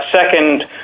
Second